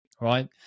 right